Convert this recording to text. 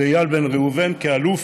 ואיל בן ראובן, שכאלוף